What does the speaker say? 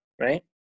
right